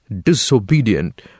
disobedient